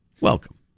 Welcome